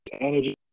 energy